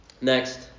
Next